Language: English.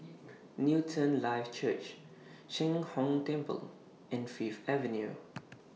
Newton Life Church Sheng Hong Temple and Fifth Avenue